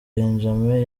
benjame